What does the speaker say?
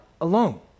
alone